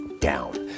down